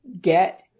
get